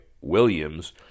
Williams